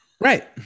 Right